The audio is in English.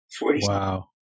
Wow